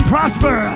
prosper